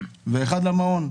ואחד במעון.